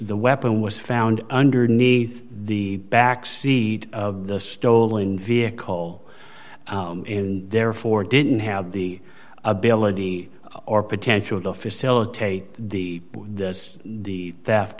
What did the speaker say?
the weapon was found underneath the back seat of the stolen vehicle in therefore didn't have the ability or potential the facilitate the the